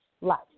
life